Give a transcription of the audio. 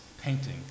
painting